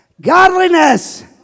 Godliness